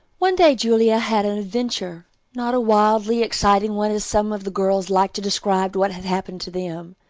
one day julia had an adventure not a wildly exciting one, as some of the girls liked to describe what had happened to them,